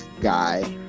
guy